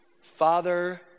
Father